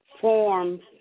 forms